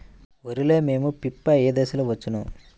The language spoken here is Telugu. వరిలో మోము పిప్పి ఏ దశలో వచ్చును?